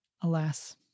alas